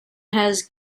has